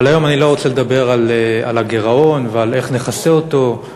אבל היום אני לא רוצה לדבר על הגירעון ועל איך נכסה אותו,